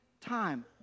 time